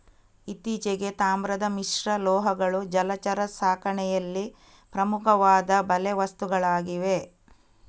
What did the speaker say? ಇತ್ತೀಚೆಗೆ, ತಾಮ್ರದ ಮಿಶ್ರಲೋಹಗಳು ಜಲಚರ ಸಾಕಣೆಯಲ್ಲಿ ಪ್ರಮುಖವಾದ ಬಲೆ ವಸ್ತುಗಳಾಗಿವೆ